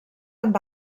amb